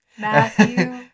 Matthew